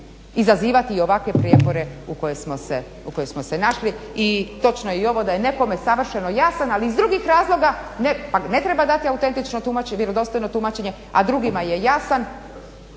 izazivati ovakve prijepore u kojima smo se našli. I točno je i ovo da je nekome savršeno jasan, ali iz drugih razloga, pa ne treba dati autentično tumačenje, vjerodostojno tumačenje, a drugima je jasan,